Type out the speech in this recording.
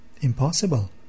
Impossible